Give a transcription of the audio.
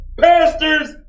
pastors